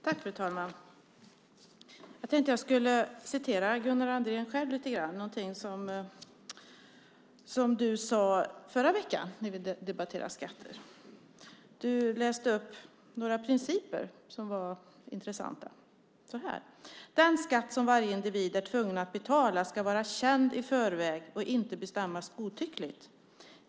Fru talman! Jag tänkte att jag skulle referera Gunnar Andrén själv lite grann. Det är någonting som du sade förra veckan när vi debatterade skatter. Du läste upp några principer som var intressanta: Den skatt som varje individ är tvungen att betala ska vara känd i förväg och inte bestämmas godtyckligt.